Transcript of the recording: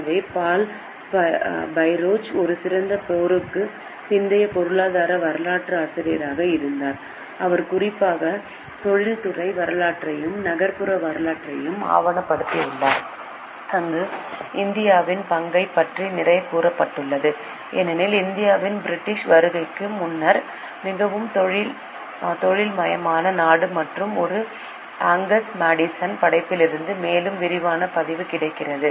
எனவே Paul Bairoch ஒரு சிறந்த போருக்குப் பிந்தைய பொருளாதார வரலாற்றாசிரியராக இருந்தார் அவர் குறிப்பாக தொழில்துறை வரலாற்றையும் நகர்ப்புற வரலாற்றையும் ஆவணப்படுத்தியுள்ளார் அங்கு இந்தியாவின் பங்கைப் பற்றி நிறைய கூறப்பட்டுள்ளது ஏனெனில் இந்தியா பிரிட்டிஷ் வருகைக்கு முன்னர் மிகவும் தொழில்மயமான நாடு மற்றும் ஒரு அங்கஸ் மேடிசனின் படைப்பிலிருந்து மேலும் விரிவான பதிவு கிடைக்கிறது